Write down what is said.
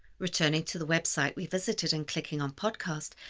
returning to the website we visited, and clicking on podcast,